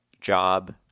Job